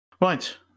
Right